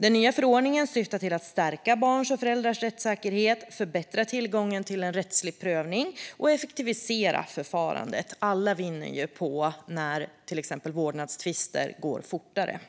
Den nya förordningen syftar till att stärka barns och föräldrars rättssäkerhet, förbättra tillgången till en rättslig prövning och effektivisera förfarandet. Alla vinner ju på att till exempel vårdnadstvister går fortare.